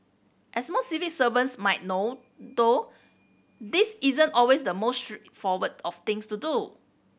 as most civil servants might know though this isn't always the most straightforward of things to do